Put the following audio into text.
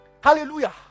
hallelujah